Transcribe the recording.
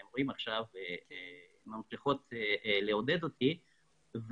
אתם רואים עכשיו שהן מצליחות לעודד אותי.